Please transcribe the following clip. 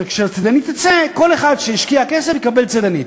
שכשהצידנית תצא, כל אחד שהשקיע כסף יקבל צידנית.